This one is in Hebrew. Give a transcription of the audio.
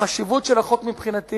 החשיבות של החוק מבחינתי